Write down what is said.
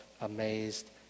amazed